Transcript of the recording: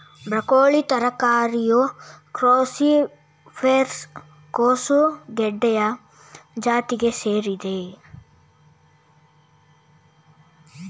broccoli ತರಕಾರಿಯು cruciferous ಕೋಸುಗಡ್ಡೆಯ ಜಾತಿಗೆ ಸೇರಿದೆ